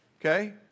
Okay